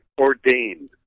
ordained